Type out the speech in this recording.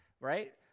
right